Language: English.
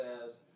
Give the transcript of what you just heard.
says